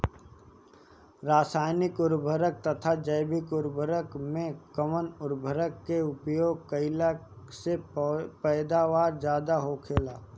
रसायनिक उर्वरक तथा जैविक उर्वरक में कउन उर्वरक के उपयोग कइला से पैदावार ज्यादा होखेला?